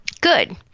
Good